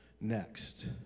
next